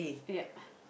yup